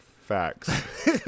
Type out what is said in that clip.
Facts